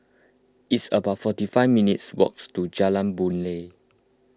it's about forty five minutes' walk to Jalan Boon Lay